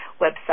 Website